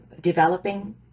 developing